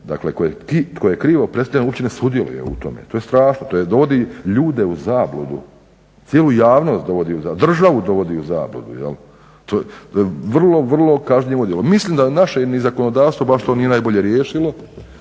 da onaj tko je krivo predstavljen uopće ne sudjeluje u tome. To je strašno, to dovodi ljude u zabludu, cijelu javnost dovodi u zabludu, državu dovodi u zabludu. Vrlo, vrlo kažnjivo djelo. Mislim da naše ni zakonodavstvo baš to nije najbolje riješilo,